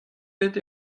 bet